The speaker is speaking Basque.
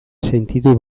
sentitu